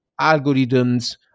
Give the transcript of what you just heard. algorithms